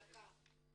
נצפה דקה.